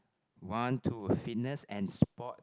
one two fitness and sport